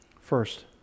First